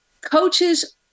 Coaches